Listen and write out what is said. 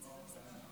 אדוני היושב-ראש,